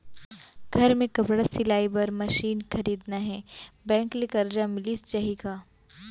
घर मे कपड़ा सिलाई बार मशीन खरीदना हे बैंक ले करजा मिलिस जाही का?